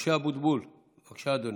משה אבוטבול, בבקשה, אדוני.